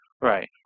Right